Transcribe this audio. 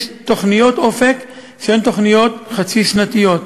יש תוכניות "אופק", שהן תוכניות חצי-שנתיות.